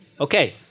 Okay